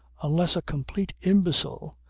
unless a complete imbecile,